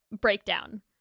breakdown